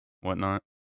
whatnot